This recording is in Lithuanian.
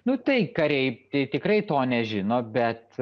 nu tai kariai tai tikrai to nežino bet